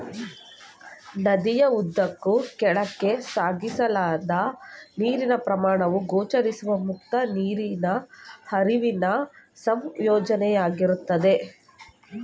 ನದಿಯ ಉದ್ದಕ್ಕೂ ಕೆಳಕ್ಕೆ ಸಾಗಿಸಲಾದ ನೀರಿನ ಪರಿಮಾಣವು ಗೋಚರಿಸುವ ಮುಕ್ತ ನೀರಿನ ಹರಿವಿನ ಸಂಯೋಜನೆಯಾಗಿರ್ತದೆ